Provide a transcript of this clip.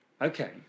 okay